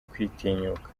kwitinyuka